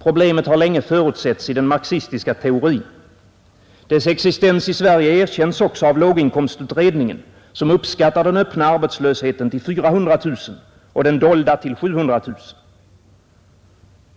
Problemet har länge förutsetts i den marxistiska teorin. Dess existens i Sverige erkänns också av låginkomstutredningen, som uppskattar den öppna arbetslösheten till 400 000 och den dolda till 700 000.